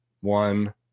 One